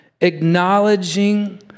acknowledging